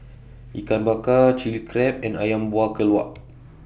Ikan Bakar Chili Crab and Ayam Buah Keluak